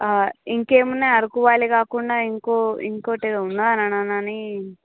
ఇంకేమున్నాయి అరకు వ్యాలీ కాకుండా ఇంకో ఇంకోటేదో ఉన్నదన ననీ